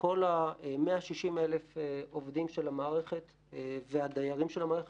לכל 160,000 עובדים של המערכת והדיירים של המערכת.